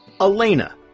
Elena